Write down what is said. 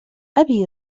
أبي